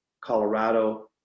Colorado